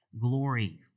glory